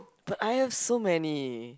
but I also many